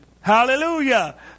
Hallelujah